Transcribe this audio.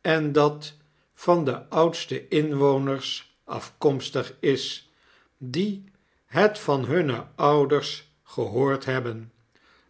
en dat de oudste inwoners afkomstig is die het an hunne ouders gehoord hebben